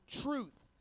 truth